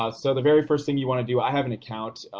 ah so the very first thing you want to do, i have an account,